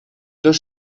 dos